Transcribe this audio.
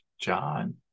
John